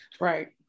Right